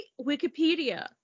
Wikipedia